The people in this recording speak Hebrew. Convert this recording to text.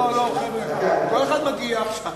לא לא, חבר'ה, כל אחד מגיע עכשיו,